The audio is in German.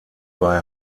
bei